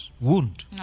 wound